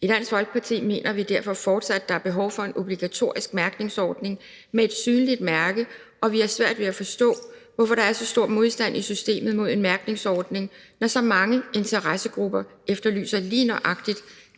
I Dansk Folkeparti mener vi derfor fortsat, at der er behov for en obligatorisk mærkningsordning med et synligt mærke, og vi har svært ved at forstå, hvorfor der er så stor modstand i systemet mod en mærkningsordning, når så mange interessegrupper efterlyser lige nøjagtig